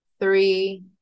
three